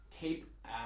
Keep